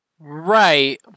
Right